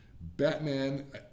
Batman